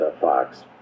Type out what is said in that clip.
Fox